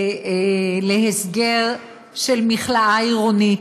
להסגר של מכלאה עירונית,